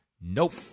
nope